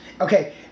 Okay